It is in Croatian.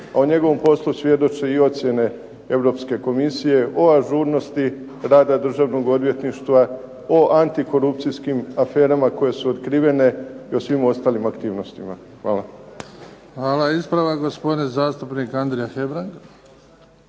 a o njegovom poslu svjedoče i ocjene Europske komisije o ažurnosti rada Državnog odvjetništva, o antikorupcijskim aferama koje su otkrivene i o svim ostalim aktivnostima. Hvala. **Bebić, Luka (HDZ)** Hvala. Ispravak gospodin zastupnik Andrija Hebrang.